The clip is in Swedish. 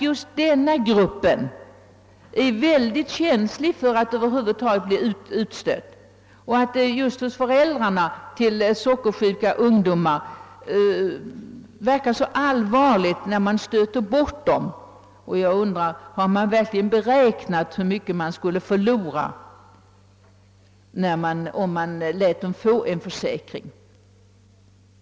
Just denna grupp är mycket känslig för att bli utstött. Föräldrarna till sockersjuka ungdomar tar det hårt när man stöter bort dem. Har man verkligen räknat ut hur mycket man skulle förlora om man lät dem få en försäkring?